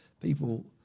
people